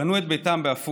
הם בנו את ביתם בעפולה,